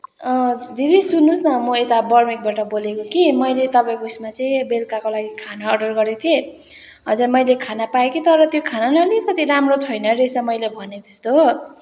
अँ दिदी सुन्नुहेस् न म यता बर्मेकबाट बोलेको कि मैले तपाईँको उसमा चाहिँ बेलुकाको लागि खाना अर्डर गरेको थिएँ हजुर मैले खाना पाएँ कि तर त्यो खाना अलिकति राम्रो छैन रहेछ मैले भनेको जस्तो हो